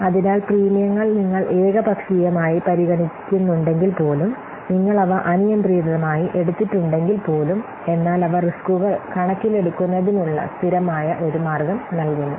അതിനാൽ പ്രീമിയങ്ങൾ നിങ്ങൾ ഏകപക്ഷീയമായി പരിഗണിക്കുന്നുണ്ടെങ്കിൽപ്പോലും നിങ്ങൾ അവ അനിയന്ത്രിതമായി എടുത്തിട്ടുണ്ടെങ്കിൽപ്പോലും എന്നാൽ അവ റിസ്കുകൾ കണക്കിലെടുക്കുന്നതിനുള്ള സ്ഥിരമായ ഒരു മാർഗ്ഗം നൽകുന്നു